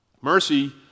Mercy